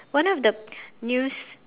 one of the news